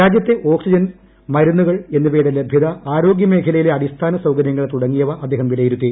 രാജ്യത്തെ ഓക്സിജൻ മരുന്നുകൾ എന്നിവയുടെ ലഭ്യത ആരോഗ്യമേഖലയിലെ അടിസ്ഥാന സൌകര്യങ്ങൾ തുടങ്ങിയവ അദ്ദേഹം വിലയിരുത്തി